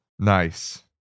nice